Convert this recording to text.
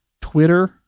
Twitter